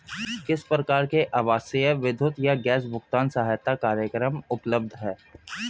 किस प्रकार के आवासीय विद्युत या गैस भुगतान सहायता कार्यक्रम उपलब्ध हैं?